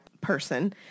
person